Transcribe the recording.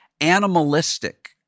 animalistic